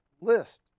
list